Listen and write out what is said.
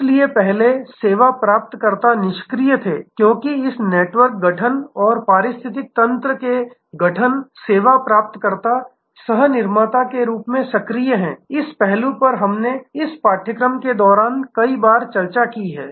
इसलिए पहले सेवा प्राप्तकर्ता निष्क्रिय थे क्योंकि इस नेटवर्क गठन और पारिस्थितिकी तंत्र के गठन सेवा प्राप्तकर्ता सह निर्माता के रूप में सक्रिय है इस पहलू पर हमने इस पाठ्यक्रम के दौरान कई बार चर्चा की है